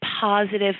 positive